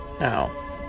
Now